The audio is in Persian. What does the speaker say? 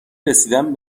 رسیدن